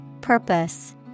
Purpose